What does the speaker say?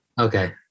Okay